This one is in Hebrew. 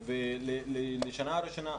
וזו השנה הראשונה,